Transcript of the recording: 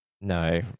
No